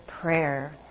prayer